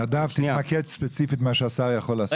נדב, תתמקד ספציפית במה שהשר יכול לעשות.